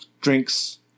drinks